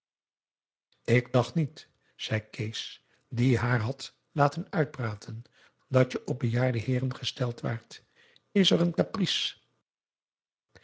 ik dacht niet zei kees die haar had laten uitprap a daum hoe hij raad van indië werd onder ps maurits ten dat je op bejaarde heeren gesteld waart is het een